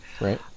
Right